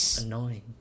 annoying